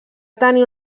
tenir